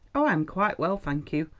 oh, i am quite well, thank you.